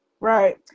Right